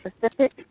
Pacific